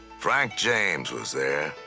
frank james was there,